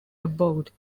abode